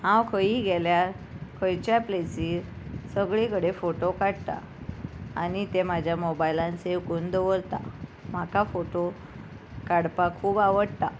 हांव खंयी गेल्यार खंयच्या प्लेसीर सगळे कडेन फोटो काडटा आनी ते म्हाज्या मोबायलान सेव करून दवरता म्हाका फोटो काडपाक खूब आवडटा